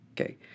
okay